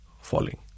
falling